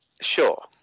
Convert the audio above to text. Sure